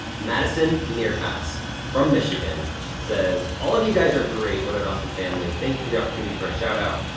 madison nearpass from michigan michigan. says, all of you guys are great, what an awesome family. thank you for the opportunity for a shout-out,